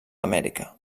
amèrica